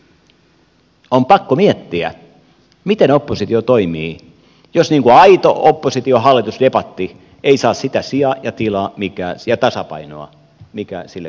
on pakko miettiä miten oppositio toimii jos aito oppositiohallitus debatti ei saa sitä sijaa ja tilaa ja tasapainoa mikä sille kuuluu